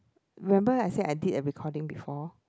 remember I said I did a recording before